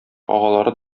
агалары